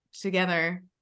together